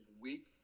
weak